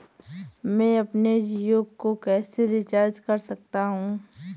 मैं अपने जियो को कैसे रिचार्ज कर सकता हूँ?